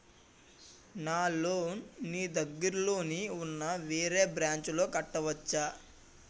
నా లోన్ నీ దగ్గర్లోని ఉన్న వేరే బ్రాంచ్ లో కట్టవచా?